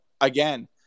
again